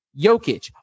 Jokic